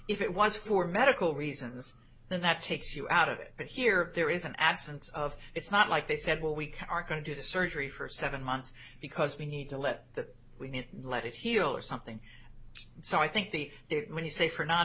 was for medical reasons then that takes you out of it but here there is an absence of it's not like they said well we are going to do the surgery for seven months because we need to let that we need to let it heal or something so i think the when you say for non